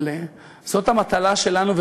אבל זאת המטרה שלנו,